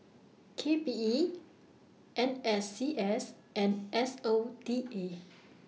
K P E N S C S and S O T A